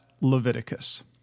Leviticus